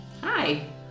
Hi